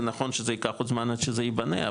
זה נכון שזה ייקח עוד זמן עד שזה ייבנה,